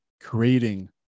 creating